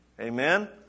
Amen